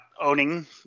owning